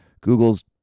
Google's